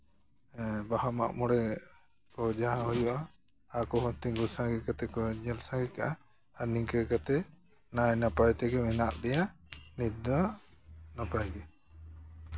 ᱵᱟᱦᱟ ᱢᱟᱜ ᱢᱚᱬᱮ ᱠᱚ ᱡᱟᱦᱟᱸ ᱦᱩᱭᱩᱜᱼᱟ ᱟᱠᱚ ᱦᱚᱸ ᱛᱤᱢᱜᱩ ᱥᱟᱸᱜᱮ ᱠᱟᱛᱮ ᱠᱚ ᱧᱞ ᱥᱟᱸᱜᱮ ᱠᱟᱜᱼᱟ ᱟᱨ ᱱᱤᱝᱠᱟᱹ ᱠᱟᱛᱮ ᱱᱟᱭᱼᱱᱟᱯᱟᱭ ᱛᱮᱜᱮ ᱢᱮᱱᱟᱜ ᱞᱮᱭᱟ ᱱᱤᱛᱫᱚ ᱱᱚᱠᱚᱭᱜᱮ